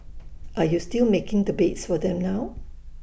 are you still making the beds for them now